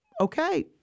okay